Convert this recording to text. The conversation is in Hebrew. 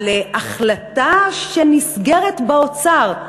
על החלטה שנסגרת באוצר,